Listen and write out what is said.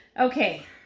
Okay